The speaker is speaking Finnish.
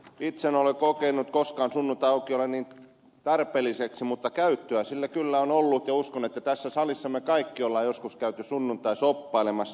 itse en ole kokenut koskaan sunnuntaiaukioloja niin tarpeelliseksi mutta käyttöä sillä kyllä on ollut ja uskon että tässä salissa me kaikki olemme joskus käyneet sunnuntaina shoppailemassa